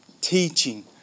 teaching